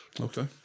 Okay